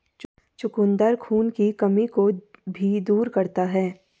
चुकंदर खून की कमी को भी दूर करता है